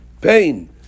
pain